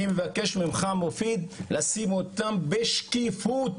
אני מבקש ממך מופיד לשים אותם בשקיפות,